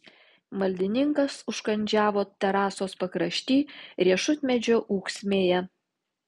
maldininkas užkandžiavo terasos pakrašty riešutmedžio ūksmėje